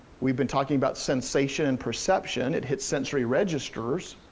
we've been talking about sensation and perception, it hits sensory registers.